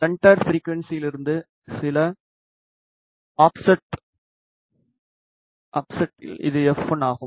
centre ஃபிரிக்குவன்ஸியிலிருந்து சில ∆எஃப்∆f ஆஃப்செட்டில் இது f1 ஆகும்